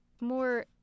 more